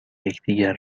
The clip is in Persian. یکدیگر